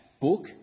book